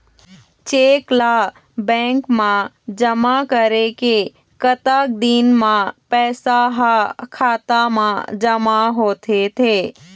Cheque ला bank मा जमा करे के कतक दिन मा पैसा हा खाता मा जमा होथे थे?